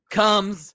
comes